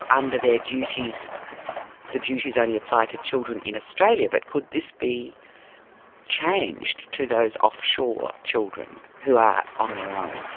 under their duties the duties only apply to children in australia, but could this be changed to those offshore children who are on their own?